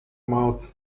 mouth